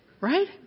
right